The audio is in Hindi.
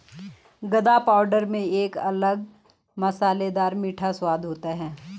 गदा पाउडर में एक अलग मसालेदार मीठा स्वाद होता है